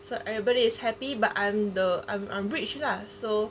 so everybody is happy but I'm the I'm I'm rich lah so